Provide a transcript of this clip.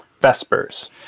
Vespers